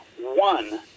one